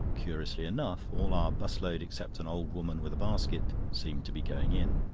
curiously enough, all our bus-load except an old woman with a basket seemed to be going in.